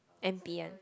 N_P one